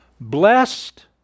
Blessed